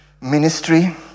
ministry